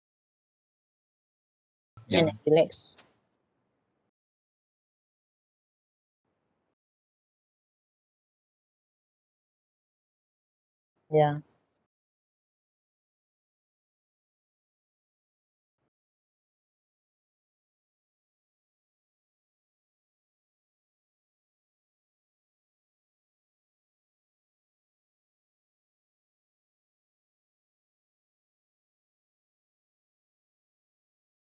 kind of relax yeah